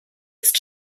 ist